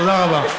תודה רבה.